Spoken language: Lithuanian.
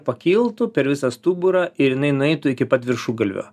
pakiltų per visą stuburą ir jinai nueitų iki pat viršugalvio